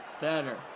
better